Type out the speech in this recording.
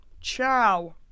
Ciao